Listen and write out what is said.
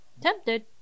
tempted